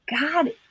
God